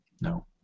No